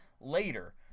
later